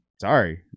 Sorry